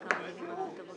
ככה נולדתי,